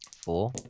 four